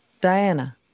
diana